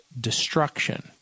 destruction